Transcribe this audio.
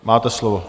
Máte slovo.